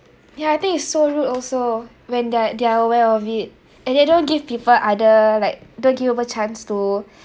ya I think it's so rude also when that they're aware of it and they don't give people other like don't give people chance to